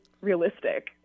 realistic